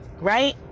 right